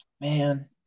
Man